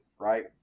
right